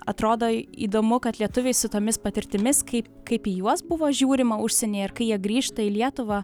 atrodo įdomu kad lietuviai su tomis patirtimis kaip kaip į juos buvo žiūrima užsienyje ir kai jie grįžta į lietuvą